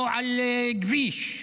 או לכביש.